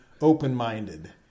open-minded